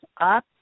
up